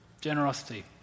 Generosity